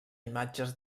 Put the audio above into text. imatges